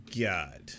god